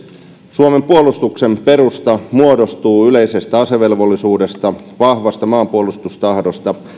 suomen puolustuksen perusta muodostuu yleisestä asevelvollisuudesta vahvasta maanpuolustustahdosta